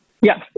Yes